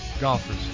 Golfers